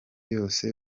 yose